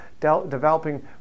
developing